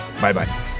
Bye-bye